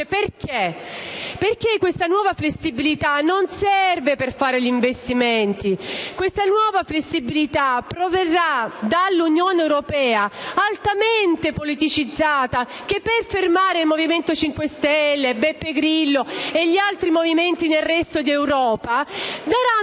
Questo perché la nuova flessibilità non serve a fare gli investimenti; essa proverrà da un'Unione europea altamente politicizzata che, per fermare il Movimento 5 Stelle, Beppe Grillo e gli altri movimenti nel resto d'Europa, darà